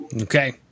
Okay